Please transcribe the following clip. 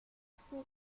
s’il